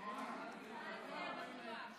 כלב וכלבה.